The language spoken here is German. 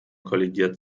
kollidiert